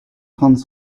trente